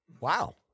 Wow